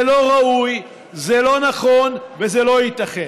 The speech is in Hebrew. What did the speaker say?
זה לא ראוי, זה לא נכון וזה לא ייתכן.